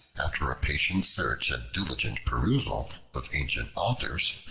after a patient search and diligent perusal of ancient authors,